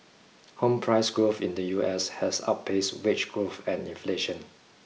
home price growth in the U S has outpaced wage growth and inflation